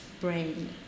brain